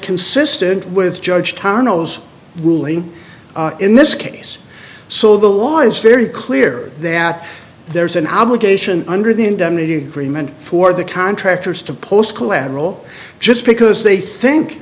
consistent with judge tanos ruling in this case so the law is very clear that there's an obligation under the indemnity agreement for the contractors to post collateral just because they think